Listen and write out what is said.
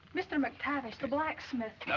mr. mactavis the blacksmith.